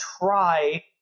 try